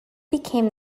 became